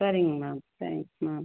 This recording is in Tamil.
சரிங்க மேம் தேங்க்ஸ் மேம்